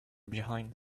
behind